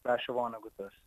rašė vonegutas